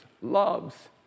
loves